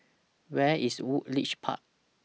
Where IS Woodleigh Park